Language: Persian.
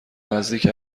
نزدیک